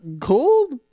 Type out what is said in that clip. cold